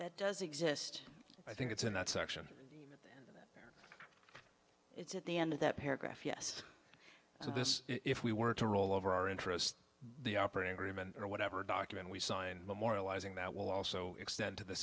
that does exist i think it's in that section it's at the end of that paragraph yes so this if we were to roll over our interest the operating agreement or whatever doctrine we sign memorializing that will also extend to the